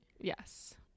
yes